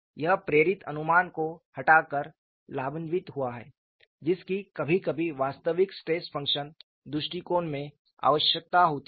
यह प्रेरित अनुमान को हटाकर लाभान्वित हुआ है जिसकी कभी कभी वास्तविक स्ट्रेस फंक्शन दृष्टिकोण में आवश्यकता होती है